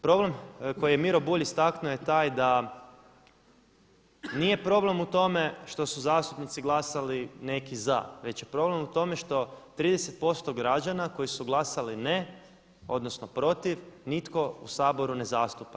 Problem koji je Miro Bulj istaknuo je taj da nije problem u tome što su zastupnici glasali neki za, već je problem u tome što 30% građana koji su glasali ne, odnosno protiv nitko u Saboru ne zastupa.